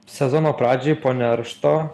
sezono pradžioj po neršto